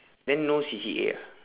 then no C_C_A ah